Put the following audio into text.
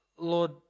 Lord